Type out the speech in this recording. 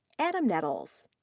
adam nettles.